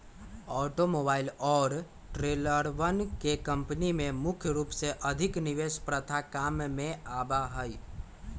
automobile और ट्रेलरवन के कम्पनी में मुख्य रूप से अधिक निवेश प्रथा काम में आवा हई